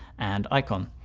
and icon,